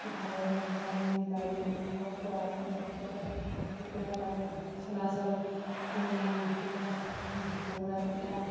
ইফালৰপৰা সিফাললৈ বায়ু সোমাব পৰাকৈ ৰাখিব লাগে হাঁহ কুকুৰা বায়ু চলাচল কৰিলে হাঁহকেইটা হাঁহ কুকুৰাকেইটা